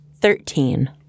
Thirteen